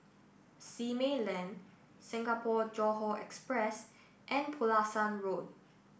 Simei Lane Singapore Johore Express and Pulasan Road